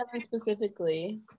specifically